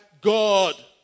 God